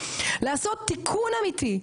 לעשות תיקון אמיתי,